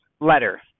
letter